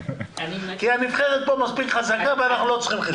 כי הנבחרת פה מספיק חזקה ואנחנו לא צריכים חיזוק.